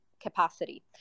capacity